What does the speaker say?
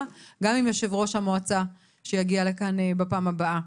גם עם יושב-ראש המועצה שיגיע לכאן בפעם הבאה.